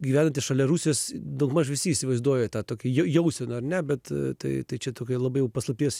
gyvenantys šalia rusijos daugmaž visi įsivaizduoja tą tokį jauseną ar ne bet tai tai čia tokia labai jau paslapties